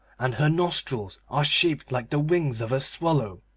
and her nostrils are shaped like the wings of a swallow.